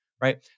right